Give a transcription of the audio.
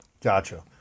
Gotcha